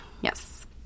yes